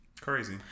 Crazy